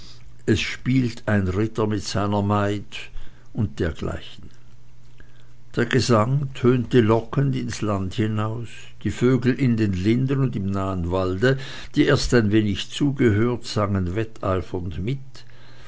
es spielt ein ritter mit einer maid und dergleichen der gesang tönte lockend ins land hinaus die vögel in den linden und im nahen walde die erst ein wenig zugehört sangen wetteifernd mit